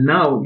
Now